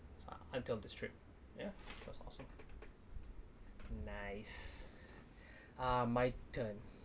until this trip ya it was awesome nice uh my turn